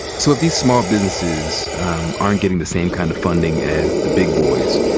so if these small businesses aren't getting the same kind of funding as the big boys,